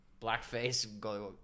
Blackface